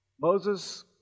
Moses